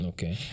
Okay